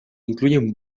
incluyen